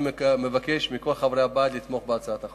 אני מבקש מכל חברי הבית לתמוך בהצעת החוק.